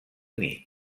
nit